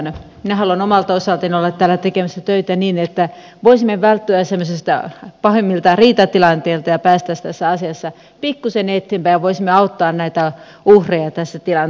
minä haluan omalta osaltani olla täällä tekemässä töitä niin että voisimme välttyä semmoisilta pahemmilta riitatilanteilta ja päästäisiin tässä asiassa pikkuisen eteenpäin ja voisimme auttaa näitä uhreja tässä tilanteessa